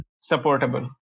supportable